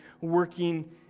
working